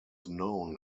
known